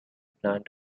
plant